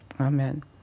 amen